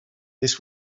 this